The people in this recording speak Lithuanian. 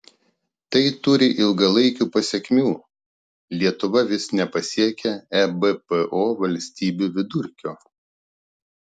tai turi ilgalaikių pasekmių lietuva vis nepasiekia ebpo valstybių vidurkio